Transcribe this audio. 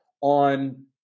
on